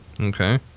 Okay